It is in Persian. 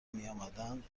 میامدند